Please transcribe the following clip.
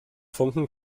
funken